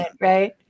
Right